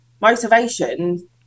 motivation